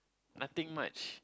nothing much